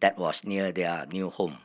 that was near their new home